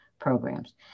programs